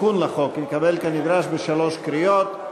התיקון לחוק התקבל כנדרש בשלוש קריאות.